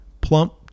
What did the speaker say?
plump